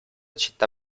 città